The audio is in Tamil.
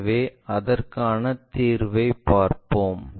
எனவே அதற்கான தீர்வைப் பார்ப்போம்